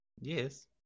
Yes